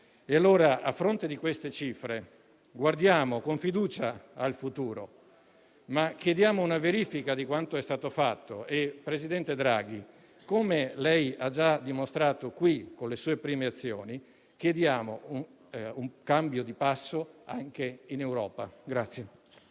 dose. A fronte di queste cifre, guardiamo quindi con fiducia al futuro, ma chiediamo una verifica di quanto è stato fatto. Inoltre, presidente Draghi - come lei ha già dimostrato qui con le sue prime azioni - chiediamo un cambio di passo anche in Europa.